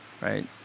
right